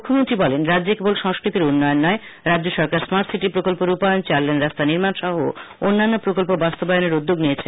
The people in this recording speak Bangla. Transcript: মুখ্যমন্ত্রী বলেন রাজ্যে কেবল সংস্কৃতির উন্নয়ন নয় রাজ্য সরকার স্মার্ট সিটি প্রকল্প রূপায়ন চারলেন রাস্তা নির্মান সহ অন্যান্য প্রকল্প বাস্তবায়নেও উদ্যোগ নিয়েছে